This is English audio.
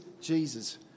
Jesus